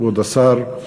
כבוד השר,